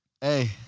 hey